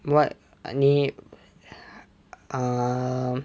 what I need um